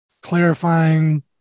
clarifying